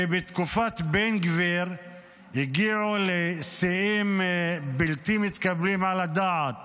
שבתקופת בן-גביר הגיע לשיאים בלתי מתקבלים על הדעת